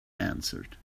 answered